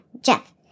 Jeff